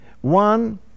One